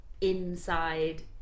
inside